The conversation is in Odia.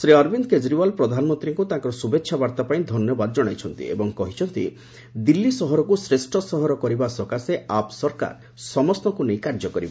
ଶ୍ରୀ ଅରବିନ୍ଦ କେଜରିଓ୍ବାଲ ପ୍ରଧାନମନ୍ତ୍ରୀଙ୍କୁ ତାଙ୍କର ଶୁଭେଚ୍ଛା ବାର୍ତ୍ତା ପାଇଁ ଧନ୍ୟବାଦ ଜଣାଇଛନ୍ତି ଏବଂ କହିଛନ୍ତି ଦିଲ୍ଲୀ ସହରକୁ ଶ୍ରେଷ୍ଠ ସହର କରିବା ସକାଶେ ଆପ୍ ସରକାର ସମସ୍ତଙ୍କୁ ନେଇ କାର୍ଯ୍ୟ କରିବ